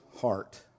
heart